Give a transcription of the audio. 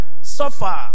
suffer